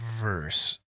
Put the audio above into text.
verse